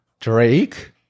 drake